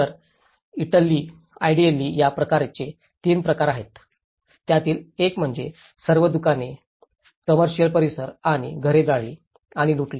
तर इडिअल्ली या प्रकाराचे 3 प्रकार आहेत त्यातील एक म्हणजे सर्व दुकाने कंमेर्सिल परिसर आणि घरे जळाली आणि लुटली